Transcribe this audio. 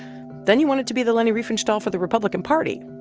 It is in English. then you wanted to be the leni riefenstahl for the republican party.